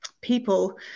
people